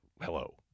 hello